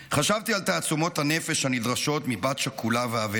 חשבתי על תעצומות הנפש הנדרשות מבת שכולה ואבלה